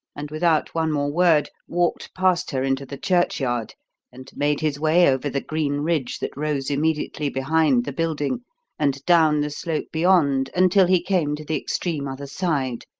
and without one more word, walked past her into the churchyard and made his way over the green ridge that rose immediately behind the building and down the slope beyond until he came to the extreme other side.